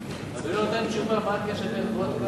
אבל אדוני לא נתן תשובה מה הקשר בין וודקה,